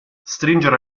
stringere